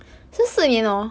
三